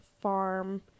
farm